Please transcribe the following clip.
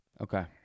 Okay